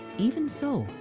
even so,